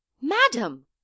Madam